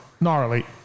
Gnarly